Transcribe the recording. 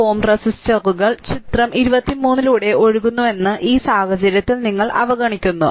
5Ω റെസിസ്റ്ററുകൾ ചിത്രം 23 ലൂടെ ഒഴുകുന്നുവെന്ന് ഈ സാഹചര്യത്തിൽ നിങ്ങൾ അവഗണിക്കുന്നു